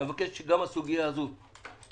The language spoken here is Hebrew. אני מבקש שגם הסוגיה הזאת תתקדם,